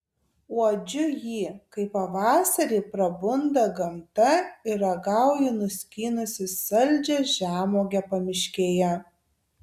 uodžiu jį kai pavasarį prabunda gamta ir ragauju nuskynusi saldžią žemuogę pamiškėje